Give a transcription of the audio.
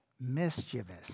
mischievous